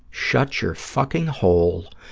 shut your fucking hole,